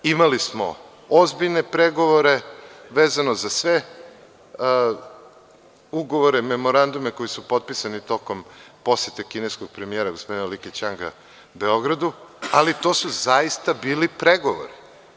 Imali smo ozbiljne pregovore vezano za sve ugovore, memorandume koji su potpisani tokom posete kineskog premijera gospodina Li Kećijanga Beogradu, ali to su zaista bili pregovori.